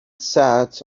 sat